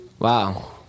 Wow